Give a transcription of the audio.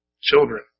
children